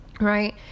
Right